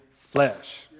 flesh